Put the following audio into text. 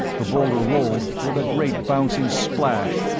the boulder rolled, with a great bouncing splash,